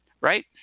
right